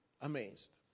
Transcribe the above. amazed